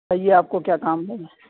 بتائیے آپ کو کیا کام ہے